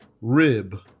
rib